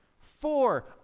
four